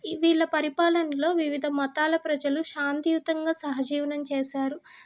వీళ్ళ పరిపాలనలో వివిధ మతాల ప్రజలు శాంతియుతంగా సహజీవనం చేశారు